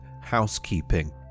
housekeeping